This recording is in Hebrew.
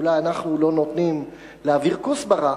אולי אנחנו לא נותנים להעביר כוסברה,